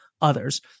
others